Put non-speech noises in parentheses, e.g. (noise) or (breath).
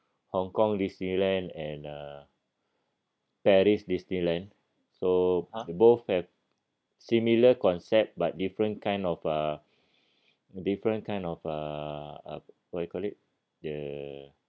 Hong-Kong disneyland and uh paris disneyland so both have similar concept but different kind of a (breath) different kind of a uh what you call it the